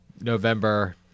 November